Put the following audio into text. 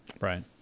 Right